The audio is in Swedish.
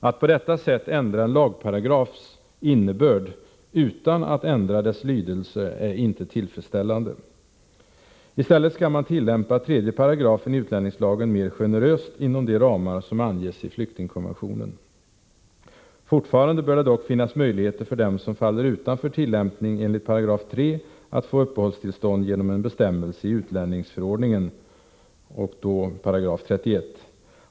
Att på detta sätt ändra en lagparagrafs innebörd utan att ändra dess lydelse är inte tillfredsställande. I stället skall man tillämpa 3 § utlänningslagen mer generöst inom de ramar som anges i flyktingkonventionen. Fortfarande bör det dock finnas möjlighet för dem som faller utanför tillämpningen enligt 3 § att få uppehållstillstånd genom en bestämmelse i utlänningsförordningen, då enligt 31 §.